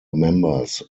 members